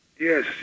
Yes